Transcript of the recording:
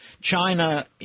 China